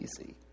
easy